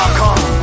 come